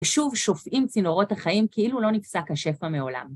ושוב, שופעים צינורות החיים כאילו לא נפסק השפע מעולם.